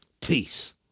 Peace